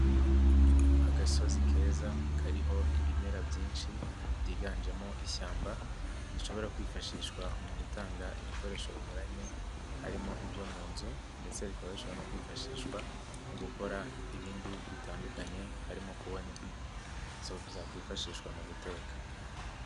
Agasozi keza kariho ibimera byinshi byiganjemo ishyamba rishobora kwifashishwa mu gutanga ibikoresho binyuranye, harimo ibyo mu nzu ndetse rikaba rishobora no kwifashishwa mu gukora ibindi bitandukanye, harimo kubona inkwi zakwifashishwa mu guteka.